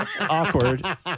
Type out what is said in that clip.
Awkward